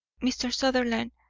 mr. sutherland,